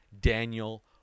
Daniel